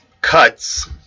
cuts